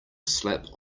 slap